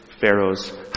Pharaoh's